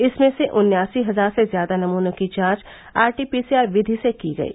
इसमें से उन्यासी हजार से ज्यादा नमूनों की जांच आरटीपीसीआर विधि से की गयी